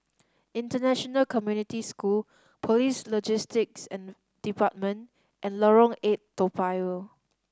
International Community School Police Logistics Department and Lorong Eight Toa Payoh